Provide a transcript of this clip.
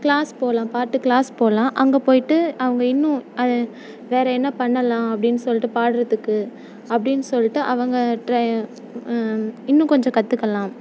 class போகலாம் பாட்டு class போகலாம் அங்கே போயிட்டு அவங்க இன்னும் அதை வேறு என்ன பண்ணலாம் அப்படினு சொல்லிட்டு பாடுகிறதுக்கு அப்படினு சொல்லிட்டு அவங்க இன்னும் கொஞ்ச கற்றுக்கலாம்